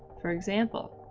for example,